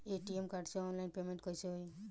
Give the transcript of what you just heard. ATM card से online payment कैसे होई?